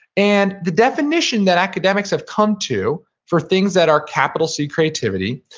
and the definition that academics have come to for things that are capital c creativity,